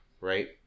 right